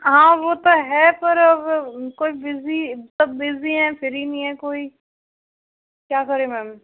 हाँ वो तो है पर अब कोई बिज़ी सब बिज़ी हैं फ्री नहीं है कोई क्या करें मैम